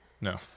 No